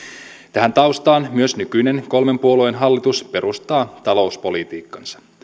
tähän taustaan myös nykyinen kolmen puolueen hallitus perustaa talouspolitiikkansa